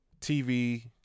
TV